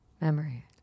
memory